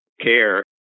care